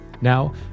Now